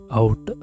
out